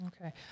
Okay